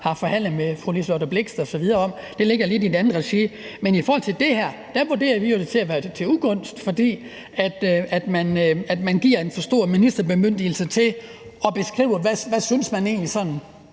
har forhandlet med fru Liselott Blixt osv. om – det ligger lidt i et andet regi – vurderer vi det jo til at være til ugunst, fordi man giver en for stor ministerbemyndigelse til at beskrive, hvad der egentlig er